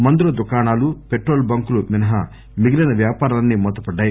మందుల దుకాణాలు పెట్రోలు బంకుల మినహా మిగిలిన వ్యాపారాలన్ని మూతపడ్డాయి